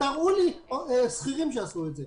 תראו לי שכירים שעשו את זה.